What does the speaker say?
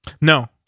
No